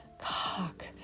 cock